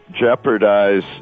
jeopardize